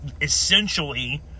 essentially